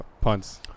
punts